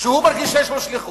שהוא מרגיש שיש לו שליחות,